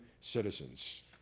citizens